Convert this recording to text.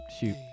shoot